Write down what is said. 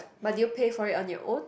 but did you pay for it on your own